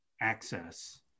access